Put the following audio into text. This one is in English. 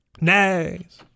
Nice